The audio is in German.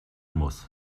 muss